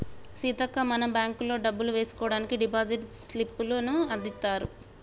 సీతక్క మనం బ్యాంకుల్లో డబ్బులు వేసుకోవడానికి డిపాజిట్ స్లిప్పులను అందిత్తారు